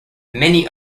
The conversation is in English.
many